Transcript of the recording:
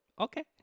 Okay